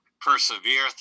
persevere